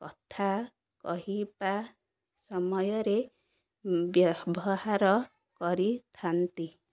କଥା କହିବା ସମୟରେ ବ୍ୟବହାର କରିଥାନ୍ତି